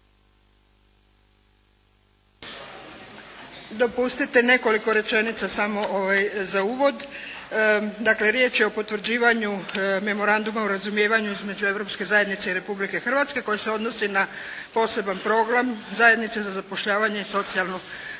Dopustite nekoliko rečenica samo za uvod. Dakle, riječ je o potvrđivanju Memoranduma o razumijevanju između Europske zajednice i Republike Hrvatske koji se odnosi na poseban program zajednice za zapošljavanje i socijalnu